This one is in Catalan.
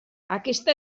aquesta